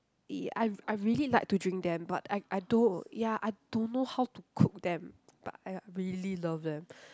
uh I I really like to drink them but I I don't ya I don't know how to cook them but !aiya! really love them